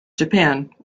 japan